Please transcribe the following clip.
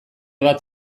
bat